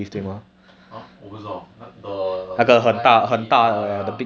eh ah 我不知道 the nine ninety ah ya